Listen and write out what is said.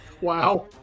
Wow